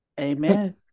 Amen